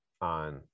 on